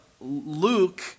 Luke